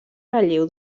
relleu